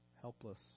Helpless